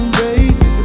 baby